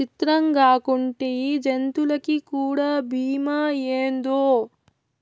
సిత్రంగాకుంటే ఈ జంతులకీ కూడా బీమా ఏందో